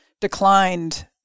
declined